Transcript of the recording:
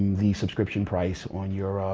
the subscription price on your,